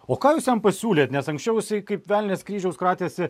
o ką jūs jam pasiūlėt nes anksčiau jisai kaip velnias kryžiaus kratėsi